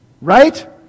right